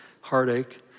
heartache